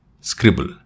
Scribble